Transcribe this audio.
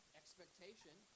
expectation